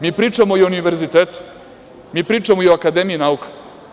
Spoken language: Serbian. Mi pričamo i o univerzitetu, mi pričamo i o Akademiji nauka.